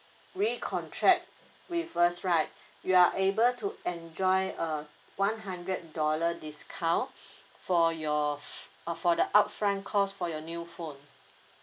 recontract with us right you are able to enjoy uh one hundred dollar discount for your uh for the upfront cost for your new phone